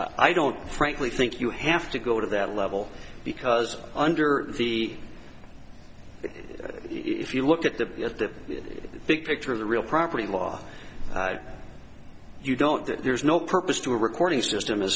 i don't frankly think you have to go to that level because under the if you look at the big picture of the real property law you don't there's no purpose to a recording system